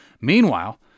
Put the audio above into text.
Meanwhile